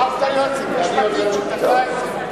בחרת יועצת משפטית שתקעה את זה.